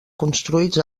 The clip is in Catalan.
construïts